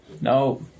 no